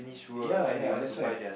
ya ya that's why